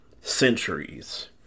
centuries